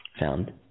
found